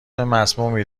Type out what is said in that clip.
مسمومی